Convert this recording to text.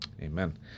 Amen